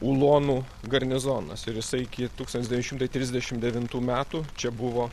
ulonų garnizonas ir jisai iki tūkstantis devyni šimtai trisdešim devintų metų čia buvo